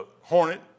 Hornet